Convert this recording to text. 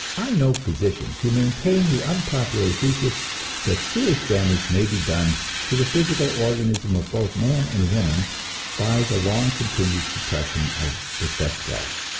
i know physicians who maintain the unpopular thesis that serious damage may be done to the physical organism of both man and woman by the long continued suppression of the sex-life.